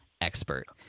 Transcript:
expert